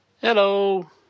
Hello